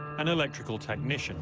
an electrical technician